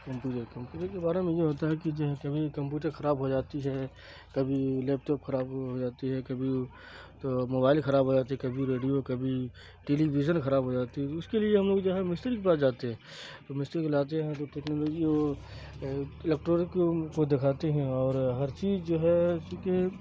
computer computer کے بارے میں یہ ہوتا ہے کہ جو ہے کبھی کمپیوٹر خراب ہو جاتی ہے کبھی لیپٹاپ خراب ہو جاتی ہے کبھی تو موبائل خراب ہو جاتی ہے کبھی ریڈیو کبھی ٹیلیویژن خراب ہو جاتی ہے تو اس کے لیے ہم لوگ جو ہے مستری کے پاس جاتے ہیں تو مستری کو لاتے ہیں تو ٹیکنالوجی وہ الیکٹرانک کو دکھاتے ہیں اور ہر چیز جو ہے کیونکہ